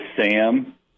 Sam